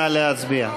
נא להצביע.